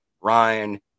Ryan